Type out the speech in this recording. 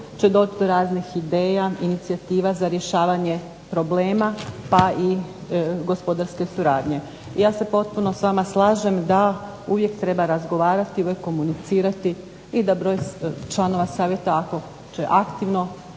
će doći do različitih ideja, inicijativa za rješavanje problema pa i gospodarske suradnje. Ja se potpuno sa vama slažem da uvijek treba razgovarati, komunicirati i da broj članova savjeta ako će aktivno